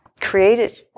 created